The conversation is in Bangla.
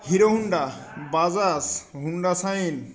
hero Honda Bajaj Honda shine